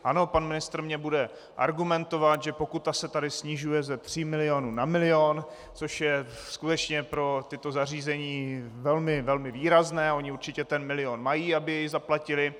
Ano, pan ministr mi bude argumentovat, že pokuta se tady snižuje ze tří milionů na milion, což je skutečně pro tato zařízení velmi, velmi výrazné, ona určitě ten milion mají, aby jej zaplatila.